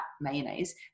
mayonnaise